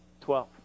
Twelve